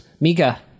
Mika